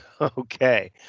Okay